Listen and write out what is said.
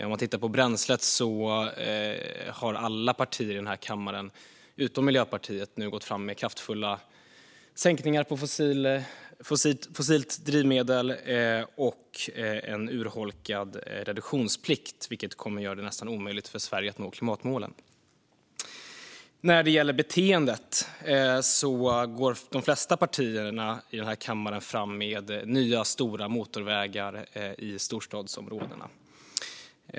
Låt oss titta på bränslet, där alla partier i den här kammaren utom Miljöpartiet nu har gått fram med kraftiga sänkningar på fossilt drivmedel och en urholkad reduktionsplikt. Det kommer att göra det nästan omöjligt för Sverige att nå klimatmålen. När det gäller beteendet går de flesta partier i den här kammaren fram med nya stora motorvägar i storstadsområdena.